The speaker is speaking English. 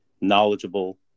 knowledgeable